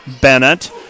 Bennett